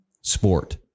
sport